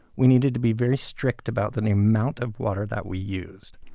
we needed to be very strict about the the amount of water that we use.